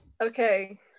okay